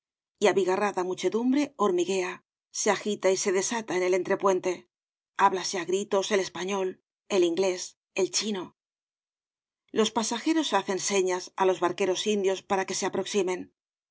fragata y abigarrada muchedumbre hormiguea se agita y se desata en el entrepuente hablase á gritos el español el inglés el chino los pasajeros hacen señas á los barqueros indios para que se aproximen